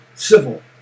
civil